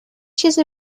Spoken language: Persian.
چیزی